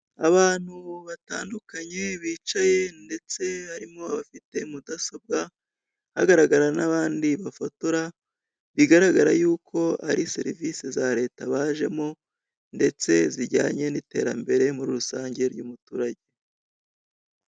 Abantu batandukanye bicaye ndetse harimo abafite mudasobwa hagaragara n'abandi bafotora, bigaragara y'uko ari serivisi za leta bajemo ndetse zijyanye n'iterambere muri rusange ry'umuturage.